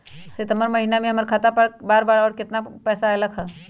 सितम्बर महीना में हमर खाता पर कय बार बार और केतना केतना पैसा अयलक ह?